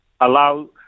allow